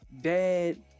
dad